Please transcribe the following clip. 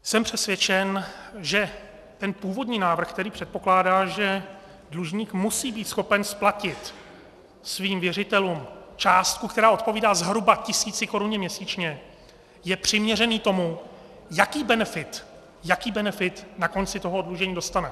Jsem přesvědčen, že ten původní návrh, který předpokládá, že dlužník musí být schopen splatit svým věřitelům částku, která odpovídá zhruba tisícikoruně měsíčně, je přiměřený tomu, jaký benefit, jaký benefit na konci toho oddlužení dostane.